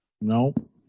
Nope